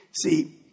See